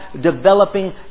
developing